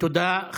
תודה.